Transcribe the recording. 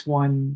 one